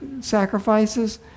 sacrifices